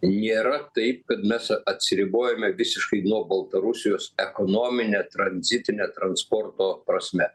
nėra taip kad mes atsiribojame visiškai nuo baltarusijos ekonomine tranzitine transporto prasme